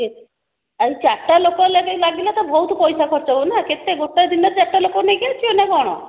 କିଏ ଆଉ ଚାରିଟା ଲୋକ ଲାଗିଲେ ତ ବହୁତ ପଇସା ଖର୍ଚ୍ଚ ହେବ ନା କେତେ ଗୋଟାଏ ଦିନରେ ଚାରଟା ଲୋକ ନେଇକି ଆସିବ ନା କଣ